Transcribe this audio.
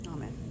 Amen